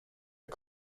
der